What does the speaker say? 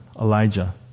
Elijah